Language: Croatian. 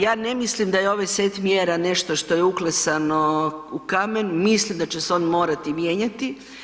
Ja ne mislim da je ovaj set mjera nešto što je uklesano u kamen, mislim da će se on morati mijenjati.